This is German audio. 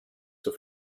zur